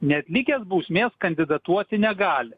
neatlikęs bausmės kandidatuoti negali